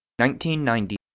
1990